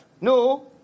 No